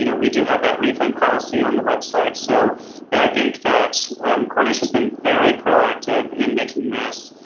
you know we do have that refund policy on the website, so but i think that cornish has been very proactive in making this,